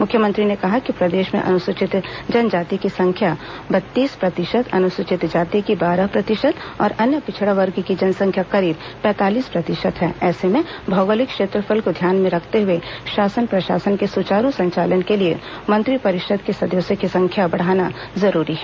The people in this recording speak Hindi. मुख्यमंत्री ने कहा कि प्रदेश में अनुसूचित जनजाति की जनसंख्या बत्तीस प्रतिशत अनुसूचित जाति की बारह प्रतिशत और अन्य पिछड़ा वर्ग की जनसंख्या करीब पैंतालीस प्रतिशत है ऐसे में भौगोलिक क्षेत्रफल को ध्यान में रखते हुए शासन प्रशासन के सुचारू संचालन के लिए मंत्रिपरिषद के सदस्यों की संख्या बढ़ाना जरूरी है